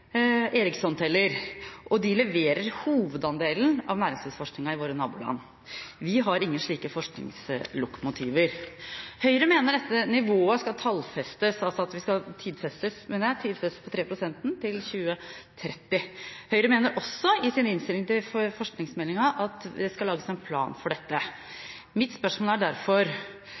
teller, og de leverer hovedandelen av næringslivsforskningen i våre naboland. Vi har ingen slike forskningslokomotiver. Høyre mener dette nivået på 3 pst. skal tidfestes til 2030. I innstillingen til forskningsmeldingen foreslår bl.a. Høyre også at det skal lages en plan for dette. Mitt spørsmål er derfor: